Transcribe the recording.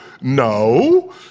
No